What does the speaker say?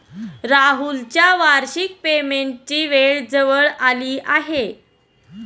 राहुलच्या वार्षिक पेमेंटची वेळ जवळ आली आहे